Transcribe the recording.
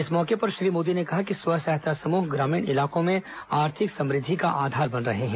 इस मौके पर श्री मोदी ने कहा कि स्व सहायता समूह ग्रामीण इलाकों में आर्थिक समृद्वि का आधार बन रहे हैं